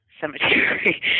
Cemetery